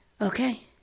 okay